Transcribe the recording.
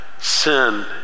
sin